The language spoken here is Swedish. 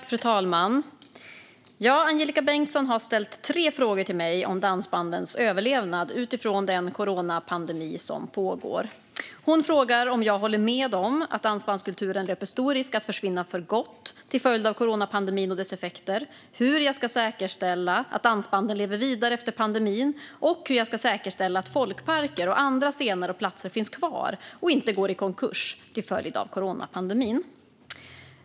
Fru talman! Angelika Bengtsson har ställt tre frågor till mig om dansbandens överlevnad utifrån den coronapandemi som pågår. Hon frågar om jag håller med om att dansbandskulturen löper stor risk att försvinna för gott till följd av coronapandemin och dess effekter, hur jag ska säkerställa att dansbanden lever vidare efter pandemin och hur jag ska säkerställa att folkparker och andra scener och platser finns kvar och inte går i konkurs till följd av coronapandemin.